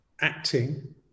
acting